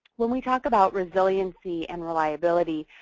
when we talk about resiliency and reliability,